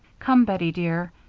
come, bettie dear,